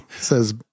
Says